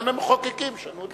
אתם המחוקקים, תשנו את החוק.